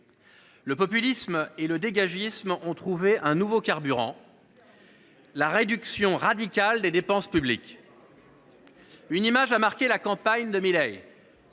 Le populisme et le dégagisme ont trouvé un nouveau carburant : la réduction radicale des dépenses publiques. Une image a marqué la campagne de Milei.